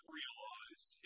realize